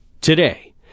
Today